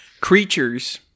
creatures